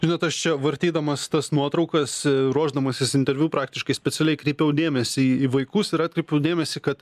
žinot aš čia vartydamas tas nuotraukas ruošdamasis interviu praktiškai specialiai kreipiau dėmesį į vaikus ir atkreipiau dėmesį kad